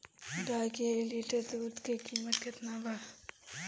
गाय के एक लिटर दूध के कीमत केतना बा?